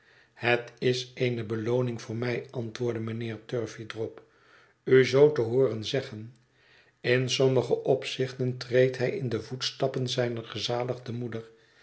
het is eene belooning voor mij antwoordde mijnheer turveydrop u zoo te hooren zeggen in sommige opzichten treedt hij in de voetstappen zijner gezaligde moeder